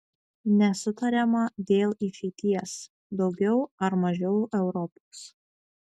nesutariama dėl išeities daugiau ar mažiau europos